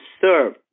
serve